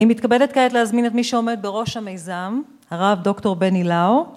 אני מתכבדת כעת להזמין את מי שעומד בראש המיזם, הרב דוקטור בני לאו.